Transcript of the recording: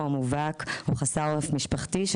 או מובהק או חסר עורף משפחתי,